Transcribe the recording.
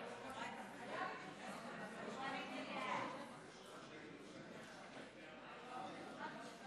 קבוצת סיעת הרשימה המשותפת וקבוצת סיעת המחנה הציוני לסעיף 1 לא נתקבלה.